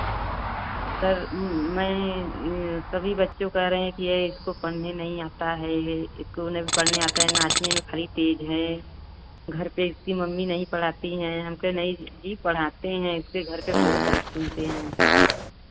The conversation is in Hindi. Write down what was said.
सर मैं यह सभी बच्चों कर रहें कि यह इसको पढ़ने नहीं आता है यह स्कूल में पढ़ने आता है नाचने में खाली तेज़ है घर पर इसकी मम्मी नहीं पढ़ाती हैं हमके नहीं जी पढ़ाते हैं इसके घर पर बहुत डाँट सुनते हैं